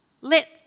Let